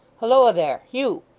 halloa there! hugh